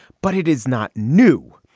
but it is not new.